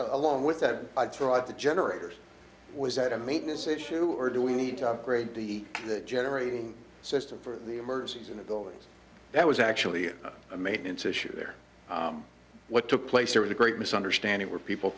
of along with that i threw out the generators was that a maintenance issue or do we need to upgrade the generating system for the emergencies in the building that was actually a maintenance issue there what took place there was a great misunderstanding where people